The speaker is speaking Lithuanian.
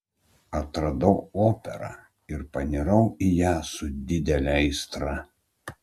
atradau operą ir panirau į ją su didele aistra